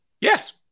Yes